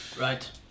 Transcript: Right